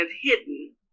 hidden